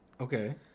Okay